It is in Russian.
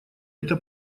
это